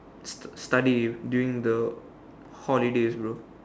stu~ study during the holidays bro